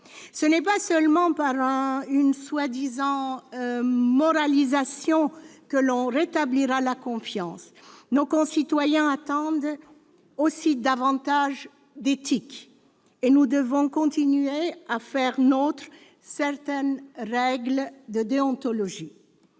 ce n'est pas seulement par une prétendue moralisation que l'on rétablira la confiance. Nos concitoyens attendent aussi davantage d'éthique. Et nous devons continuer à faire nôtres certaines règles de déontologie.